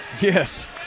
Yes